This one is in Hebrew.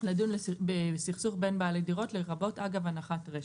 לדון בסכסוך בין בעלי דירות, לרבות אגב הנחת רשת.